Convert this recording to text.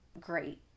great